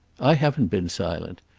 i haven't been silent.